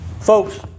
Folks